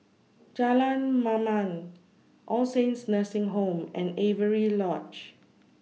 Jalan Mamam All Saints Nursing Home and Avery Lodge